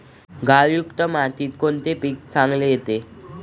गाळयुक्त मातीत कोणते पीक चांगले येते?